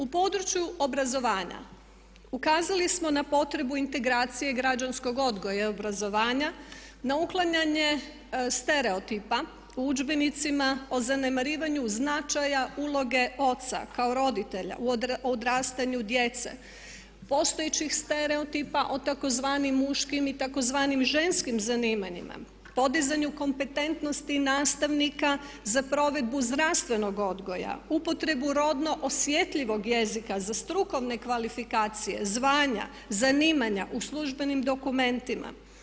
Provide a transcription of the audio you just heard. U području obrazovanja ukazali smo na potrebu integracije građanskog odgoja i obrazovanja na uklanjanje stereotipa u udžbenicima o zanemarivanju značaja uloge oca kao roditelja u odrastanju djece, postojećih stereotipa o tzv. muškim i tzv. ženskim zanimanjima podizanju kompetentnosti nastavnika za provedbu zdravstvenog odgoja, upotrebu rodno osjetljivog jezika za strukovne kvalifikacije, zvanja, zanimanja u službenim dokumentima.